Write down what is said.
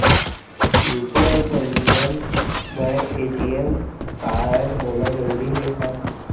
UPI पंजीयन बर ATM कारडहोना जरूरी हे का?